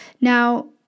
now